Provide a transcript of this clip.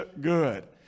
good